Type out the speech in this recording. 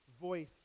voice